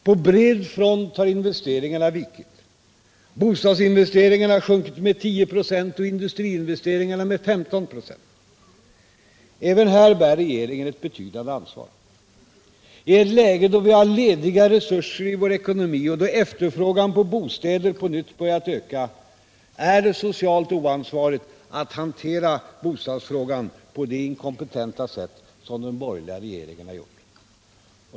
På bred front har investeringarna vikit — bostadsinvesteringarna har sjunkit med 10 96 och industriinvesteringarna med 15 46. Även här bär regeringen ett betydande ansvar. I ett läge då vi har lediga resurser i vår ekonomi och då efterfrågan på bostäder på nytt börjat öka, är det socialt oansvarigt att hantera bostadsfrågan på det inkompetenta sätt som den borgerliga regeringen har gjort.